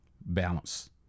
balance